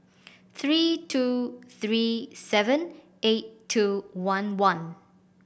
three two three seven eight two one one